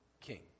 king